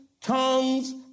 tongues